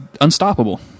unstoppable